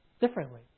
differently